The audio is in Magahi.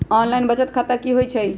ऑनलाइन बचत खाता की होई छई?